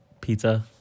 pizza